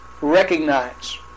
recognize